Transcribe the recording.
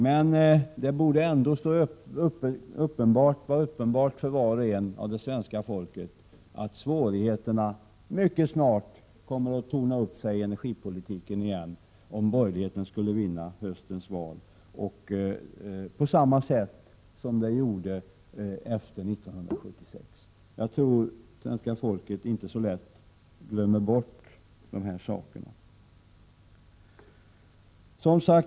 Men det borde ändå vara uppenbart för alla svenska medborgare att svårigheterna mycket snart kommer att torna upp sig i energipolitiken igen om de borgerliga skulle vinna höstens val. Det skulle bli på samma sätt som det blev efter år 1976. Jag tror att det svenska folket inte så lätt glömmer bort de här sakerna.